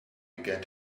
began